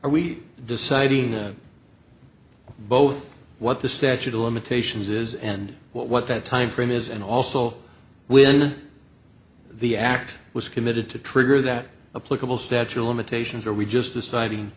are we deciding both what the statute of limitations is and what that time frame is and also when the act was committed to trigger that a political statue of limitations or we just deciding